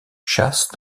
chasse